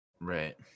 right